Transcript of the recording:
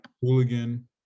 hooligan